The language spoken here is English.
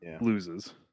loses